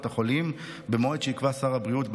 החולים במועד שיקבע שר הבריאות בצו,